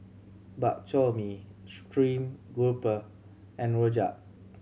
Bak Chor Mee stream grouper and rojak